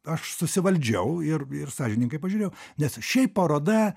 aš susivaldžiau ir ir sąžiningai pažiūrėjau nes šiaip paroda